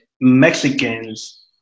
mexicans